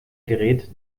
gerät